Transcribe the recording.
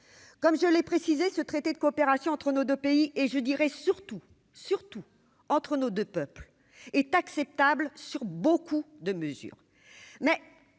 comme je l'ai précisé ce traité de coopération entre nos 2 pays et je dirais surtout, surtout entre nos 2 peuples est acceptable sur beaucoup de mesures mais